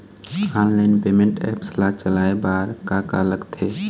Online payment apps ला चलाए बार का का लगथे?